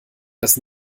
das